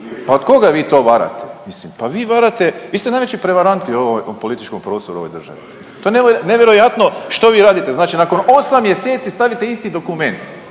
Pa koga vi to varate, mislim pa vi varate. Vi ste najveći prevaranti u političkom prostoru ove države. To je nevjerojatno što vi radite. Znači nakon 8 mjeseci stavite isti dokument